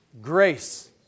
Grace